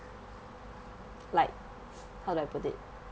like how I put it